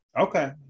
Okay